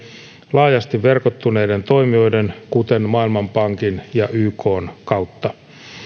laajasti verkottuneiden toimijoiden kuten maailmanpankin ja ykn kautta